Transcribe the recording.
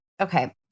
Okay